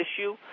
issue